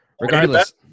Regardless